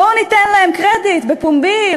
בואו ניתן להם קרדיט בפומבי,